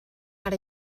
ara